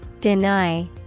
Deny